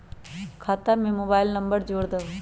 खाता में mobile number जोड़ दहु?